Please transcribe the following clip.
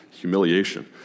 humiliation